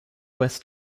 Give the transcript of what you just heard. west